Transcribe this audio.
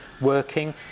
working